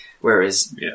Whereas